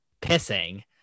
pissing